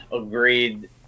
agreed